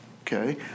okay